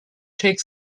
take